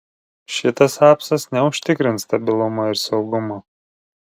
šitas apsas neužtikrins stabilumo ir saugumo